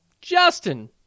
Justin